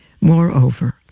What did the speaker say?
Moreover